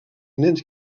nens